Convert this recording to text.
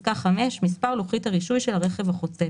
(5)מספר לוחית הרישוי של הרכב החוצה,